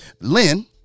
Lynn